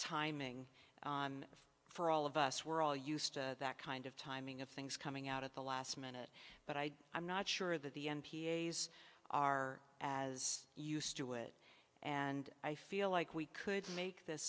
timing for all of us we're all used to that kind of timing of things coming out at the last minute but i i'm not sure that the m p s are as used to it and i feel like we could make this